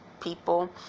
people